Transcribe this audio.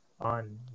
on